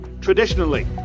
Traditionally